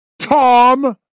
tom